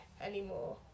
anymore